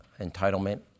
entitlement